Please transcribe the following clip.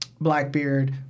Blackbeard